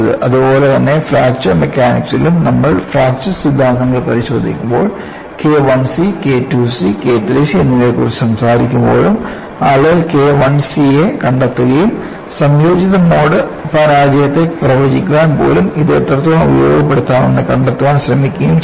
അതുപോലെ തന്നെ ഫ്രാക്ചർ മെക്കാനിക്സിലും നമ്മൾ ഫ്രാക്ചർ സിദ്ധാന്തങ്ങൾ പരിശോധിക്കുമ്പോൾK I c K II c K III c എന്നിവയെക്കുറിച്ച് സംസാരിക്കുമ്പോഴും ആളുകൾ K I C യെ കണ്ടെത്തുകയും സംയോജിത മോഡ് പരാജയത്തെ പ്രവചിക്കാൻ പോലും ഇത് എത്രത്തോളം ഉപയോഗപ്പെടുത്താമെന്ന് കണ്ടെത്താൻ ശ്രമിക്കുകയും ചെയ്യുന്നു